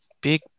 big